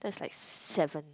that's like seven